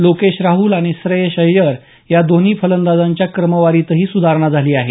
लोकेश राहुल आणि श्रेयस अय्यर या दोन्ही फलंदाजांच्या क्रमवारीतही सुधारणा झाली आहे